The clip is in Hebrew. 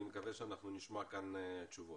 אני מקווה שאנחנו נשמע כאן תשובות.